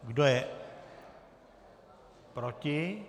Kdo je proti?